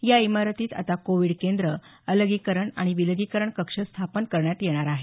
या इमारतीत आता कोविड केंद्र अलगीकरण आणि विलगीकरण कक्ष स्थापन करण्यात येणार आहे